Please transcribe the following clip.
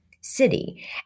city